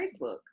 Facebook